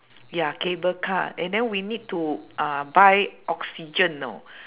ya cable car and then we need to uh buy oxygen know